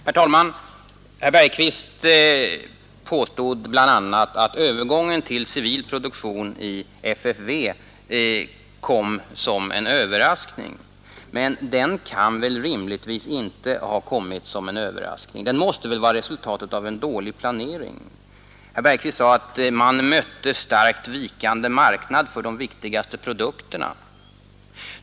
Herr talman! Herr Bergqvist påstod bl.a. att övergången till civil produktion i FFV kom som en överraskning. Men den kan väl rimligtvis inte ha kommit som en överraskning — den måste väl ha varit resultatet av en dålig planering? Herr Bergqvist sade att man mötte en starkt vikande marknad för de viktigaste produkterna.